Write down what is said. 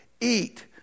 eat